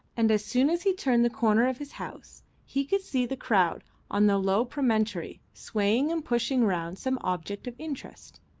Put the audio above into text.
and as soon as he turned the corner of his house he could see the crowd on the low promontory swaying and pushing round some object of interest.